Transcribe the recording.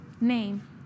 name